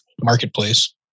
marketplace